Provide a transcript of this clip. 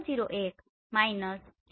૦૦૧ ૦